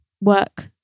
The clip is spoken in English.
work